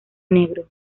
negro